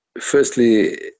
firstly